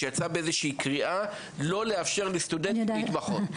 שיצא באיזה קריאה לא לאפשר לסטודנטים להתמחות.